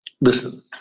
listen